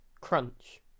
Crunch